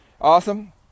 Awesome